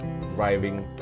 driving